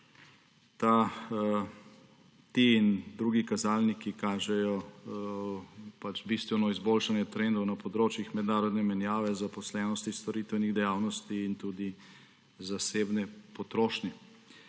Ti in drugi kazalniki kažejo bistveno izboljšanje trendov na področjih mednarodne menjave zaposlenosti storitvenih dejavnosti in tudi zasebne potrošnje.